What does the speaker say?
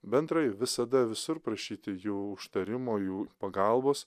bendrai visada visur prašyti jų užtarimo jų pagalbos